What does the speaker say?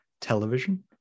television